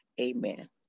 Amen